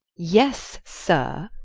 yes sir,